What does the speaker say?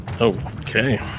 Okay